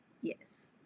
yes